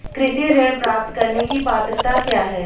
कृषि ऋण प्राप्त करने की पात्रता क्या है?